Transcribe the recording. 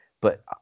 but-